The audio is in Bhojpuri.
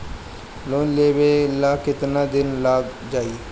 लोन लेबे ला कितना दिन लाग जाई?